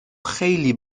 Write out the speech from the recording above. خیلی